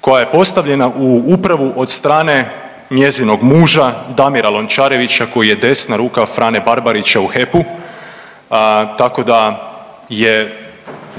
koja je postavljena u Upravu od strane njezinog muža Damira Lončarevića koji je desna ruka Frane Barbarića u HEP-u, tako da je